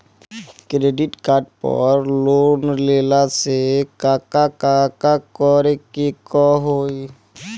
Credit card पर loan लेला से का का करे क होइ?